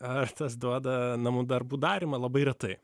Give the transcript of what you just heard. aš tas duoda namų darbų darymą labai retai